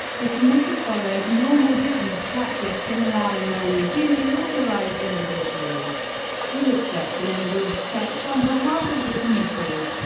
the committee followed normal business practice in allowing only duly authorized individual to accept and endorse checks on behalf of the committee.